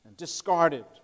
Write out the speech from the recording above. Discarded